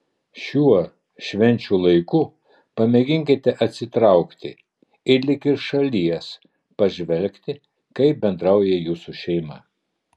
šiuo švenčių laiku pamėginkite atsitraukti ir lyg iš šalies pažvelgti kaip bendrauja jūsų šeima